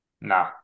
No